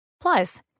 Plus